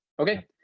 Okay